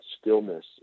stillness